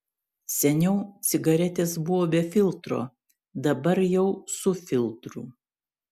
seniau cigaretės buvo be filtro dabar jau su filtru